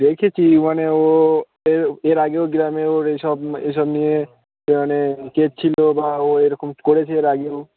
দেখেছি মানে ও এর এর আগেও গ্রামে ওর এসব এসব নিয়ে মানে কেস ছিলো বা ও এরকম করেছে এর আগেও